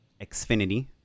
Xfinity